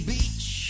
beach